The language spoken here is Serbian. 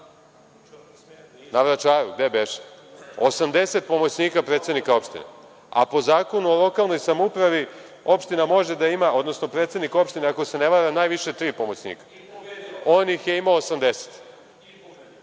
na Vračaru, gde beše? Osamdeset pomoćnika predsednika opštine, a po Zakonu o lokalnoj samoupravi opština može da ima, predsednik opštine ako se ne varam najviše tri pomoćnika. On ih je imao 80.